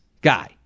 guy